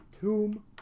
tomb